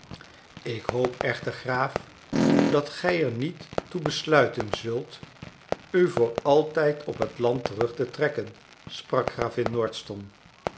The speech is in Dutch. ik hoop echter graaf dat gij er niet toe besluiten zult u voor altijd op het land terug te trekken sprak